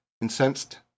Incensed